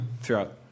throughout